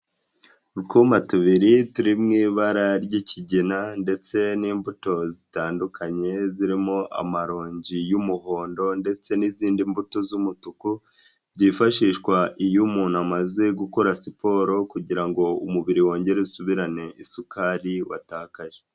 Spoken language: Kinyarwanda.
Utwuma tubiri turi mu ibara ry'ikigina, ndetse n'imbuto zitandukanye zirimo amarongi y'umuhondo, ndetse n'izindi mbuto z'umutuku byifashishwa iyo umuntu amaze gukora siporo, kugira ngo umubiri wongere usubirane isukari watakaje.